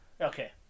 Okay